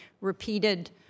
repeated